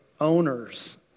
owners